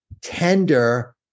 tender